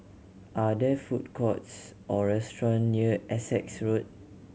are there food courts or restaurant near Essex Road